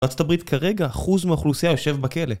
ארה״ב כרגע אחוז מהאוכלוסייה יושב בכלא